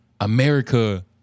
America